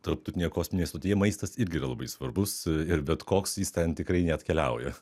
tarptautinėje kosminėje stotyje maistas irgi yra labai svarbus ir bet koks jis ten tikrai neatkeliauja